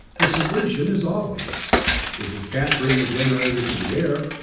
the solution is obvious if we can't bring the generator to the air,